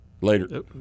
Later